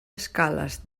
escales